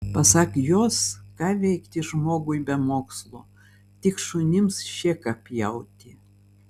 pasak jos ką veikti žmogui be mokslų tik šunims šėką pjauti